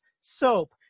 soap